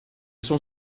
sont